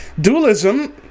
Dualism